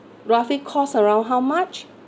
roughly costs around how much